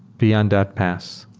beyond that, pass.